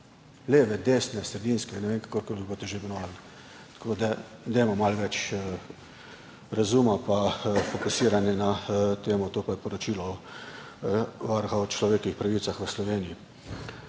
leve, desne, sredinske in ne vem, kakorkoli jih boste že imenovali. Tako da dajmo malo več razuma pa fokusiranja na temo, to pa je poročilo Varuha človekovih pravic v Sloveniji.